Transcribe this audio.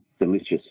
delicious